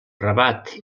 rabat